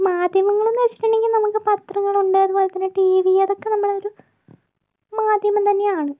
മാധ്യമങ്ങളുന്നു വെച്ചിട്ടുണ്ടെങ്കിൽ നമുക്ക് പത്രങ്ങളുണ്ട് അതുപോലെത്തന്നെ ടി വി അതൊക്കെ നമ്മുടെ ഒരു മാധ്യമം തന്നെയാണ്